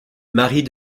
marie